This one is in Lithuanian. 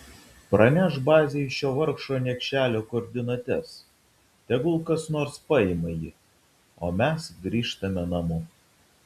pranešk bazei šio vargšo niekšelio koordinates tegul kas nors paima jį o mes grįžtame namo